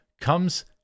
comes